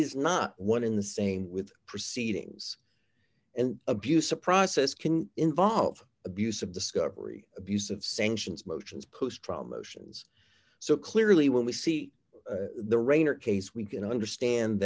is not one in the same with proceedings and abuse a process can involve abuse of discovery abuse of sanctions motions post trial motions so clearly when we see the rain or case we can understand